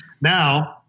Now